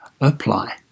apply